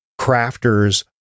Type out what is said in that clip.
crafters